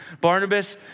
Barnabas